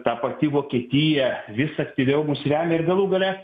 ta pati vokietija vis aktyviau mus remia ir galų gale